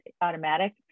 automatic